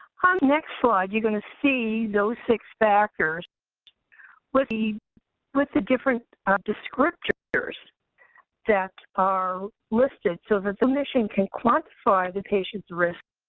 next slide you're going to see those six factors with the with the different descriptors that are listed so that the clinician can quantify the patient's risk,